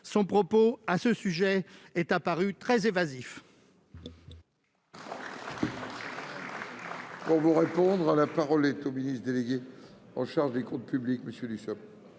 son propos à ce sujet a paru très évasif